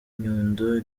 nyundo